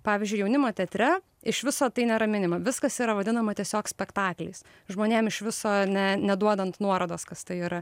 pavyzdžiui jaunimo teatre iš viso tai nėra minima viskas yra vadinama tiesiog spektakliais žmonėm iš viso ne neduodant nuorodos kas tai yra